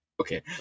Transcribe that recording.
Okay